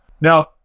Now